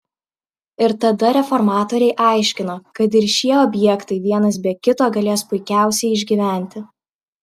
ir tada reformatoriai aiškino kad ir šie objektai vienas be kito galės puikiausiai išgyventi